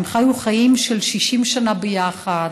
הם חיו 60 שנה יחד,